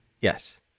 Yes